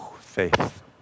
Faith